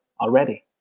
already